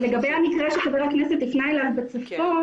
לגבי המקרה שחבר הכנסת הפנה אליו בצפון,